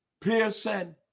Pearson